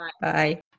bye